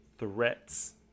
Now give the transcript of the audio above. threats